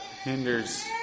hinders